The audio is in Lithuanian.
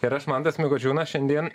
ir aš mantas mikočiūnas šiandien